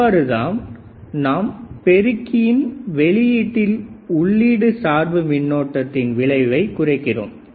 இவ்வாறு தான் நாம் பெருக்கியின் வெளியீட்டில் உள்ளீடு சார்பு மின்னோட்டத்தின் விளைவை குறைக்கிறோம்